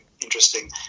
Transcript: interesting